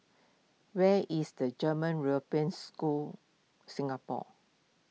where is the German European School Singapore